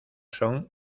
son